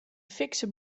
fikse